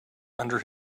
under